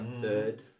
Third